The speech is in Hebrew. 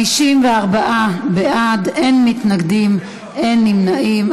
54 בעד, אין מתנגדים, אין נמנעים.